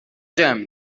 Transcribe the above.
جمع